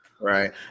Right